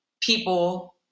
people